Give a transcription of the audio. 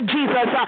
Jesus